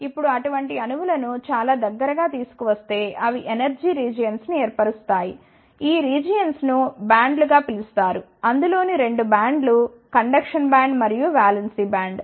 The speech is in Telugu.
ఇప్పుడు అటువంటి అణువులను చాలా దగ్గరగా తీసుకువస్తే అవి ఎనర్జీ రీజియన్స్ ను ఏర్పరుస్తాయి ఈ రీజియన్స్ ను బ్యాండ్లుగా పిలుస్తారు అందులోని 2 బ్యాండ్డ్లు కండక్షన్ బ్యాండ్ మరియు వాలెన్స్ బ్యాండ్